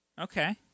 Okay